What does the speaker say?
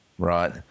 Right